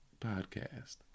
podcast